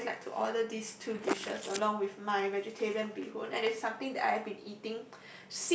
I always like to order these two dishes along with my vegetarian bee-hoon and it's something that I have been eating